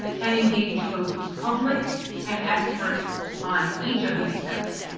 and engage both public and experts on each of these steps